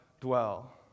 dwell